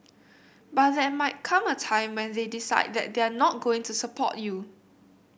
but there might come a time when they decide that they're not going support you